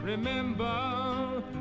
Remember